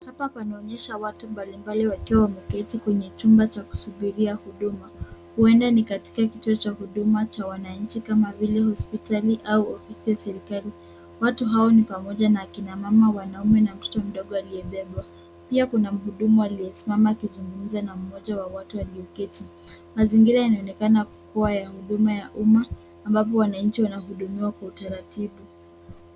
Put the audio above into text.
Hapa panaonyesha watu mbalimbali wakiwa wameketi kwenye chumba cha kusubiria huduma. Huenda ni katika kituo cha huduma cha wananchi kama vile hospitali au ofisi ya serikali. Watu hao ni pamoja na akina mama, wanaume na mtoto mdogo aliyebebwa. Pia kuna mhudumu aliyesimama akizungumza na mmoja wa watu aliyeketi. Mazingira yanaonekana kuwa ya huduma ya umma ambapo wananchi wanahudumiwa kwa utaratibu.